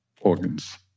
organs